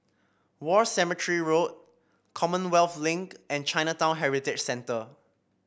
War Cemetery Road Commonwealth Link and Chinatown Heritage Centre